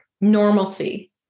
normalcy